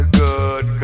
good